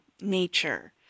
nature